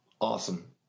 awesome